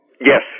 yes